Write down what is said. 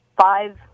five